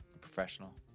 Professional